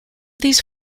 these